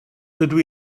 dydw